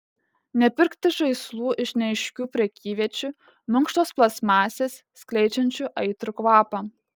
nepirkti žaislų iš neaiškių prekyviečių minkštos plastmasės skleidžiančių aitrų kvapą